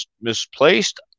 misplaced